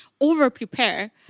over-prepare